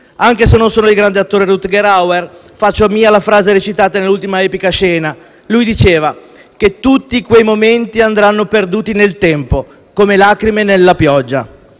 Anche se non sono il grande attore Rutger Hauer, faccio mia la frase recitata nell'ultima epica scena. Lui diceva che «tutti quei momenti andranno perduti nel tempo, come lacrime nella pioggia».